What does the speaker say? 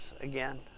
again